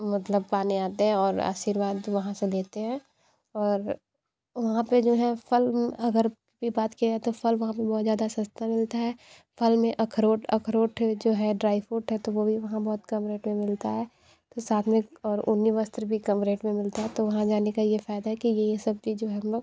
मतलब पाने आते हैं और आशीर्वाद वहाँ से लेते हैं और वहाँ पे जो है फल अगर की बात किया जाए तो फल वहाँ पे बहुत ज़्यादा सस्ता मिलता है फल में अखरोट अखरोट जो है ड्राई फ्रूट है तो वो भी वहाँ बहुत कम रेट में मिलता है तो साथ में और ऊनी वस्त्र भी कम रेट में मिलता है तो वहाँ जाने का ये फायदा है कि ये ये सब चीज जो है हम लोग